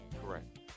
correct